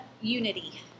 unity